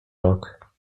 rok